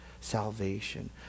salvation